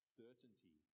certainty